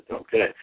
Okay